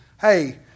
hey